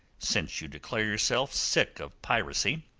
since you declare yourself sick of piracy.